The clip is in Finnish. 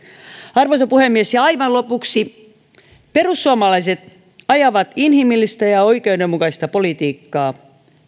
arvoisa puhemies aivan lopuksi perussuomalaiset ajavat inhimillistä ja oikeudenmukaista politiikkaa